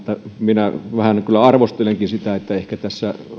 minä kyllä vähän arvostelenkin sitä että ehkä tässä